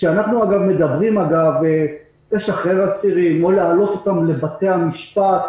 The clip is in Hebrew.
כשאנחנו מדברים על שחרור אסירים או על העלאתם לבתי המשפט